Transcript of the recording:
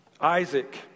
Isaac